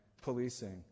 policing